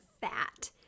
fat